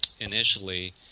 initially